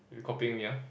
you copying me ya